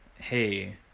Hey